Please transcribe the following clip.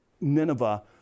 Nineveh